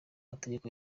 amategeko